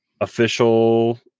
official